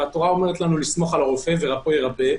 והתורה אומרת לנו לסמוך על הרופא "ורפא ירפא".